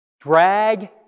Drag